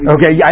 Okay